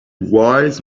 wise